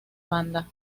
banda